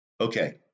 Okay